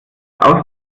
ausmaß